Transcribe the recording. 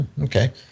okay